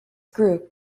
group